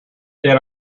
then